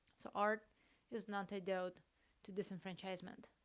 so art is not endowed to disenfranchisement,